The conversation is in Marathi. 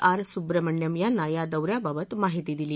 आर सुब्रमण्यम् यांना या दौऱ्याबाबत माहिती दिली